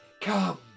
Come